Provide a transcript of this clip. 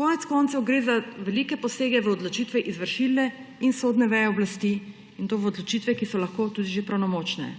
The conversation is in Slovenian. Konec koncev gre za velike posege v odločitve izvršilne in sodne veje oblasti, in to v odločitve, ki so lahko tudi že pravnomočne.